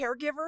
caregiver